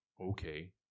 Okay